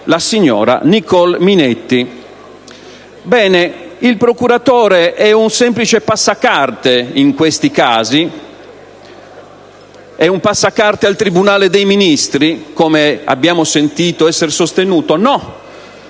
la signora Nicole Minetti. Bene, il procuratore è un semplice passacarte in questi casi? È un passacarte al tribunale dei Ministri, come abbiamo sentito essere sostenuto? No.